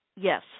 Yes